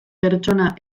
pertsona